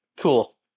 Cool